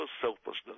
selflessness